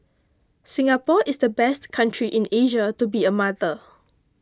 Singapore is the best country in Asia to be a mother